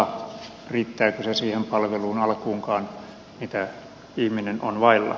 riittääkö se siihen palveluun alkuunkaan mitä ihminen on vailla